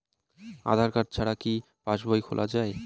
আধার card ছাড়া কি পাসবই খোলা যায়?